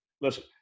Listen